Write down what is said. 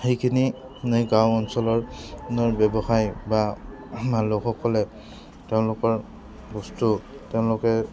সেইখিনি গাঁও অঞ্চলৰ ব্যৱসায় বা বা লোকসকলে তেওঁলোকৰ বস্তু তেওঁলোকে